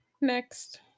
Next